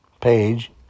page